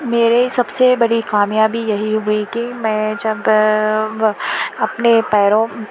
میرے سب سے بڑی کامیابی یہی ہوئی کہ میں جب اپنے پیروں